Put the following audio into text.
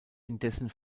indessen